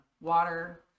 Water